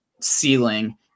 ceiling